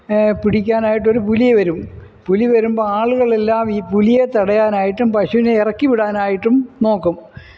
പിടിക്കാനായിട്ടൊരു പുലി വരും പുലി വരുമ്പം ആളുകളെല്ലാം ഈ പുലിയെ തടയാനായിട്ടും പശുവിനെ ഇറക്കി വിടാനായിട്ടും നോക്കും